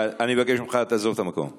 אני מבקש ממך, תעזוב את המקום.